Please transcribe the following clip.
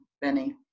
benny